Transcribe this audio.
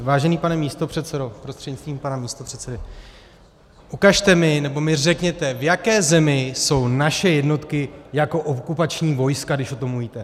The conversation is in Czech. Vážený pane místopředsedo prostřednictvím pana místopředsedy, ukažte mi, nebo mi řekněte, v jaké zemi jsou naše jednotky jako okupační vojska, když o tom mluvíte.